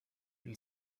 une